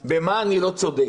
יגיד במה אני לא צודק,